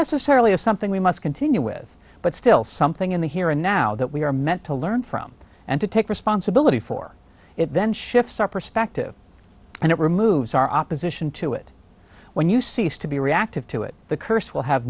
necessarily as something we must continue with but still something in the here and now that we are meant to learn from and to take responsibility for it then shifts our perspective and it removes our opposition to it when you cease to be reactive to it the curse will have